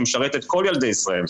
שמשרת את כל ילדי ישראל.